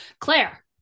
Claire